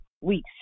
Weeks